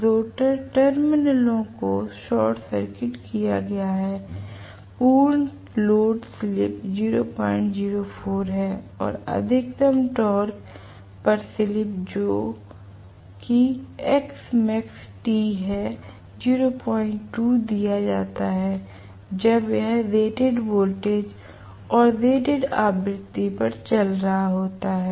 rotor टर्मिनलों को short circuit किया गया है पूर्ण लोड स्लिप 004 हैं और अधिकतम टॉर्क पर स्लिप जो कि smax T है 02 दिया जाता है जब यह रेटेड वोल्टेज और रेटेड आवृत्ति पर चल रहा होता है